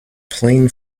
plain